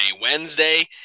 Wednesday